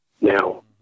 Now